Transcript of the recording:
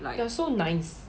you are so nice